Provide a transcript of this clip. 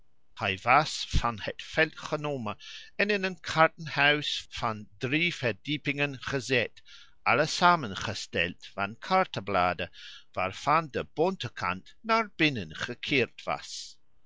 van het veld genomen en in een kaartenhuis van drie verdiepingen gezet alle samengesteld van kaartebladen waarvan de bonte kant naar binnen gekeerd was